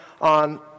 on